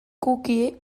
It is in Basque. cookie